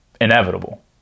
inevitable